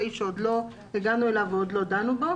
הסעיף שעוד לא הגענו אלי ועוד לא דנו בו.